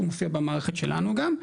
הוא מופיע במערכת שלנו גם.